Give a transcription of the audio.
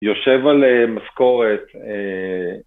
‫יושב על משכורת.